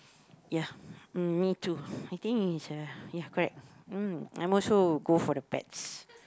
ya mm me too I think is uh ya correct mm I would also go for the pets